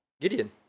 Gideon